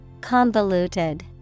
Convoluted